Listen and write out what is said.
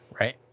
Right